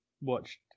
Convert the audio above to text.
watched